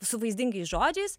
su vaizdingais žodžiais